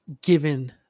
given